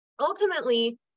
ultimately